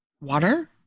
Water